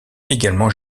également